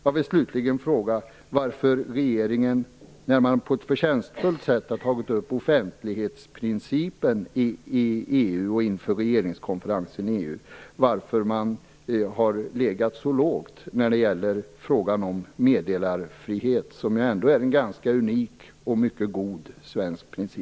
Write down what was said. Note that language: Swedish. Slutligen vill jag fråga varför regeringen, när man på ett förtjänstfullt sätt har tagit upp offentlighetsprincipen i EU och inför EU:s regeringskonferens, har legat så lågt i frågan om meddelarfrihet. Det är ju ändå en ganska unik, och mycket god, svensk princip.